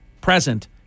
present